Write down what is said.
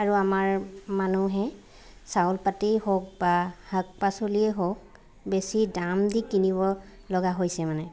আৰু আমাৰ মানুহে চাউল পাতেই হওক বা শাক পাচলিয়ে হওক বেছি দাম দি কিনিবলগা হৈছে মানে